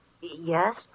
Yes